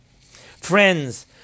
Friends